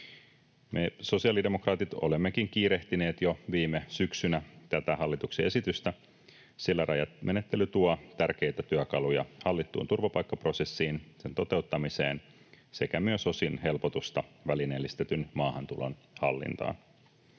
Me sosiaalidemokraatit olemmekin kiirehtineet jo viime syksynä tätä hallituksen esitystä, sillä rajamenettely tuo tärkeitä työkaluja hallittuun turvapaikkaprosessiin, sen toteuttamiseen sekä myös osin helpotusta välineellistetyn maahantulon hallintaan.